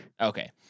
Okay